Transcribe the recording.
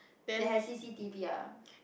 that has C_C_T_V ah